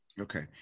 Okay